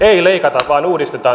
ei leikata vaan uudistetaan